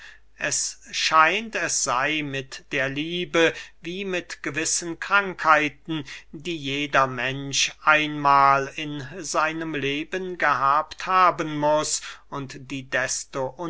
es scheint es sey mit der liebe wie mit gewissen krankheiten die jeder mensch einmahl in seinem leben gehabt haben muß und die desto